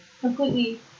completely